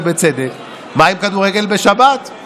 ובצדק: מה עם כדורגל בשבת?